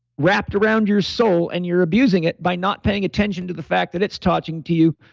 wrapped around your soul and you're abusing it by not paying attention to the fact that it's touching to you.